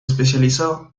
especializó